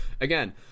again